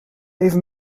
even